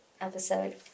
episode